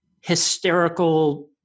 hysterical